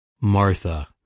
Martha